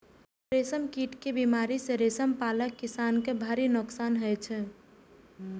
रेशम कीट के बीमारी सं रेशम पालक किसान कें भारी नोकसान होइ छै